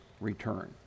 return